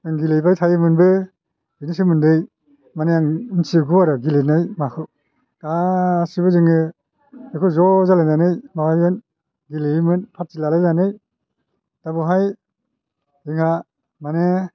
आं गेलेबाय थायोमोनबो बिनि सोमोन्दै मानि आं मिथिजोबगौ आरो गेलेनाय माखौ गासिबो जोङो बेखौ ज' जालायनानै गेलेयोमोन फार्थि लालायनानै दा बावहाय जोंहा मानि